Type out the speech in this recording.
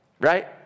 right